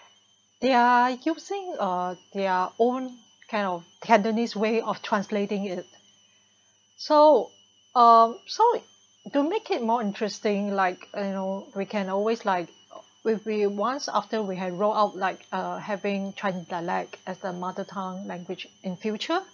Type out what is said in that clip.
they are using uh their own kind of Cantonese way of translating it so um so to make it more interesting like you know we can always like we we once after we had rolled out like uh having Chinese dialect as their mother tongue language in future